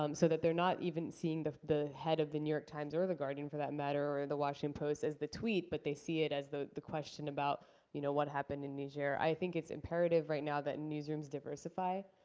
um so that they're not even seeing the the head of the new york times, or the guardian for that matter, or the washington post is the tweet, but they see it as the the question about you know what happened in niger. i think it's imperative right now that newsrooms diversify.